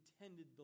intended